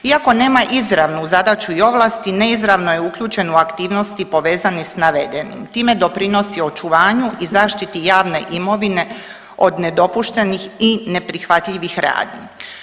Iako nema izravnu zadaću i ovlasti neizravno je uključen u aktivnosti povezanih s navedenim, time doprinosi očuvanju i zaštiti javne imovine od nedopuštenih i neprihvatljivih radnji.